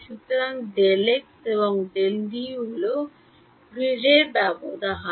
সুতরাং Δx Δy হল গ্রিড ব্যবধান